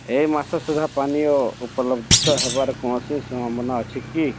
ଏଇ ମାସ ସୁଦ୍ଧା ପାନୀୟ ଉପଲବ୍ଧ ହେବାର କୌଣସି ସମ୍ଭାବନା ଅଛି କି